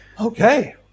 Okay